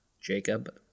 jacob